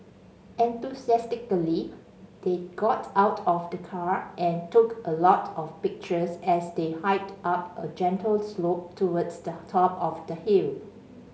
enthusiastically they got out of the car and took a lot of pictures as they hiked up a gentle slope towards the top of the hill